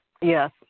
Yes